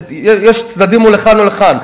יש צדדים לכאן ולכאן,